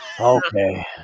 Okay